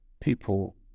people